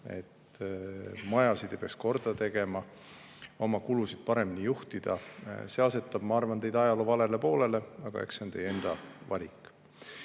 et majasid ei peaks korda tegema, oma kulusid paremini juhtima, asetab teid, ma arvan, ajaloo valele poolele, aga eks see on teie enda valik.